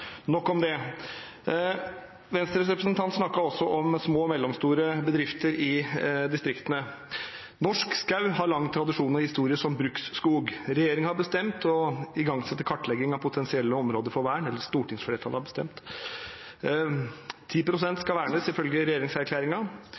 Nok om det. Venstres representant snakket også om små og mellomstore bedrifter i distriktene. Norsk skog har lang tradisjon og historie som bruksskog. Stortingsflertallet har bestemt å igangsette kartlegging av potensielle områder for vern.